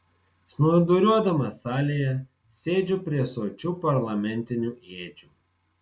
snūduriuodamas salėje sėdžiu prie sočių parlamentinių ėdžių